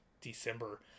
December